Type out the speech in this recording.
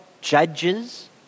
judges